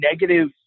negative